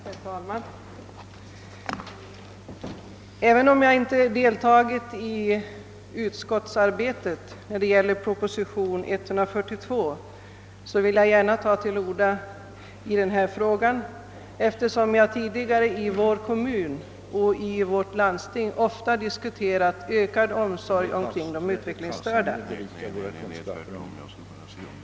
Herr talman! Även om jag inte deltagit i utskottsarbetet när det gällt proposition nr 142, vill jag gärna säga några ord i denna fråga, eftersom jag tidigare i vår kommun och i vårt landsting ofta diskuterat ökad omsorg om de utvecklingsstörda.